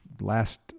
last